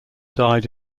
died